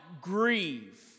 grieve